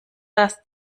das